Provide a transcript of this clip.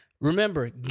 Remember